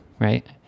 right